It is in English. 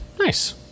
Nice